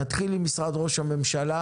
נתחיל עם משרד ראש הממשלה